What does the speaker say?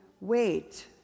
wait